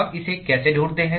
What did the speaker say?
हम इसे कैसे ढूंढते हैं